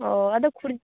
ᱚᱻ ᱟᱫᱚ ᱠᱷᱳᱨᱪ